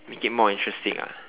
make it more interesting ah